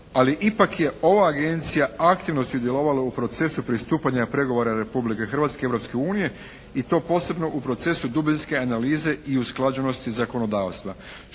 Ali ipak je ova Agencija aktivno sudjelovala u procesu pristupanja pregovora Republike Hrvatske i Europske unije i to posebno u procesu dubinske analize i usklađenosti zakonodavstva.